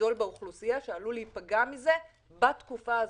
גדול באוכלוסייה שעלול להיפגע מזה בתקופת הקורונה?